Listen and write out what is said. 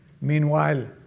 Meanwhile